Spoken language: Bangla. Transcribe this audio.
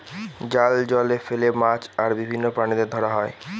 জাল জলে ফেলে মাছ আর বিভিন্ন প্রাণীদের ধরা হয়